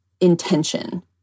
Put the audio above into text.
intention